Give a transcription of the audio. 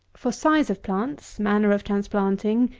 for size of plants, manner of transplanting,